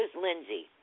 Lindsay